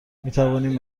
میتوانیم